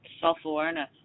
self-awareness